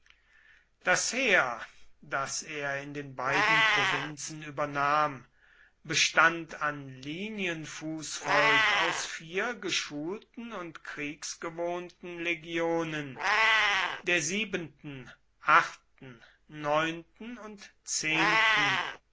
das heer das er in den beiden provinzen übernahm bestand an linienfußvolk aus vier geschulten und kriegsgewohnten legionen der siebenten achten neunten und zehnten